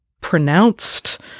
pronounced